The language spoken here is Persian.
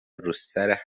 روسر